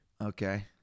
Okay